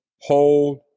Hold